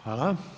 Hvala.